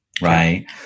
Right